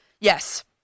Yes